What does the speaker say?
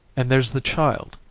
and there's the child